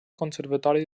conservatori